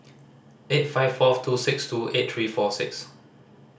eight five four two six two eight three four six